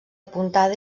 apuntada